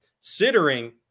considering